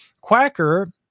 Quacker